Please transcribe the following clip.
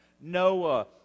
Noah